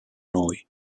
noi